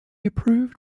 approved